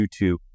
youtube